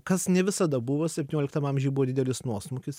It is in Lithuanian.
kas ne visada buvo septynioliktam amžiuje buvo didelis nuosmukis